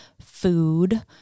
food